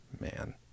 Man